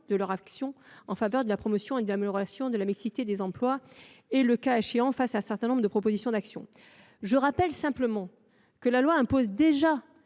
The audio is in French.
de leur action en faveur de la promotion et de l’amélioration de la mixité des emplois et, le cas échéant, faire un certain nombre de propositions et d’actions. Je le rappelle, la loi impose déjà